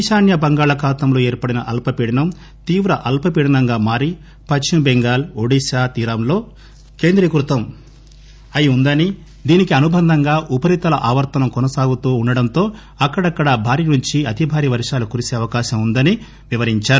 ఈ శాన్య బంగాళాఖాతంలో ఏర్పడిన అల్పపీడనం తీవ్ర అల్పపీడనంగా మారి పశ్చిమ బెంగాల్ ఒడిషా తీరాలలో కేంద్రీకృతం అయి ఉందని దీనికి అనుబంధంగా ఉపరీతల ఆవర్తనం కొనసాగుతూ ఉండడంతో అక్కడక్కడా భారీ నుంచి అతిభారీ వర్షం కురిసే అవకాశం ఉందని వివరించారు